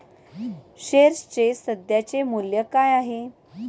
शेअर्सचे सध्याचे मूल्य काय आहे?